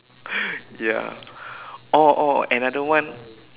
ya or or another one